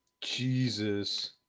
Jesus